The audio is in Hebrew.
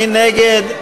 מי נגד?